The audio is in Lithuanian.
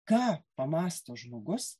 ką pamąsto žmogus